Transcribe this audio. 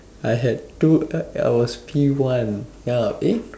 I had two uh I was P one ya eh